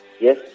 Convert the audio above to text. yes